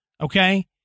Okay